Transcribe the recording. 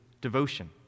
devotion